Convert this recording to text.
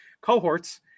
Cohorts